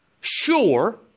sure